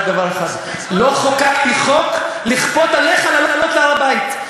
רק דבר אחד: לא חוקקתי חוק לכפות עליך לעלות להר-הבית.